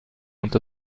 und